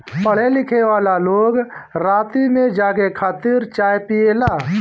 पढ़े लिखेवाला लोग राती में जागे खातिर चाय पियेला